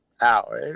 out